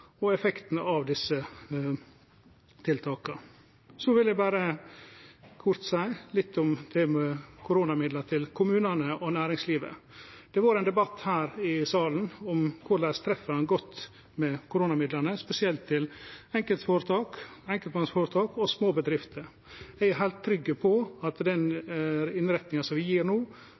og effekten av desse tiltaka. Så vil eg berre kort seie litt om koronamidlane til kommunane og næringslivet. Det har vore ein debatt her i salen om korleis ein treffer godt med koronamidlane, spesielt til enkeltmannsføretak og små bedrifter. Eg er heilt trygg på den innretninga som vi gjer no,